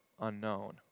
unknown